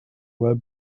web